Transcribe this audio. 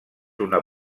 una